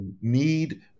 need